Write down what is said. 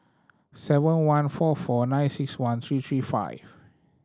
seven one four four nine six one three three five